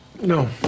No